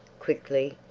quickly,